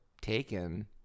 taken